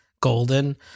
golden